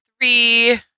three